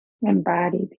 Embodied